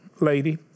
lady